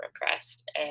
repressed